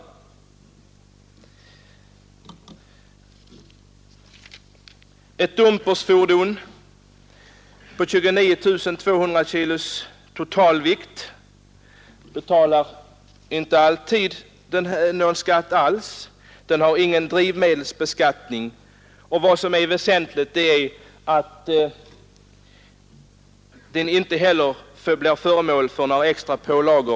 Men ett dumpersfordon med en totalvikt av 29 700 kg betalar inte någon skatt alls. Dumpersfordon är nämligen inte belagda med fordonsskatt, och de körs med obeskattat bränsle, varför det inte heller blir någon drivmedelsskatt på dem.